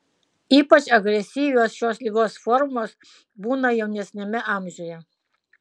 ypač agresyvios šios ligos formos būna jaunesniame amžiuje